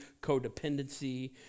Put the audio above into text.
codependency